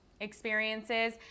experiences